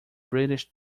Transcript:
british